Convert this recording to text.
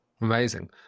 Amazing